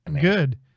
good